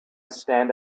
stand